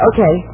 Okay